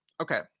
okay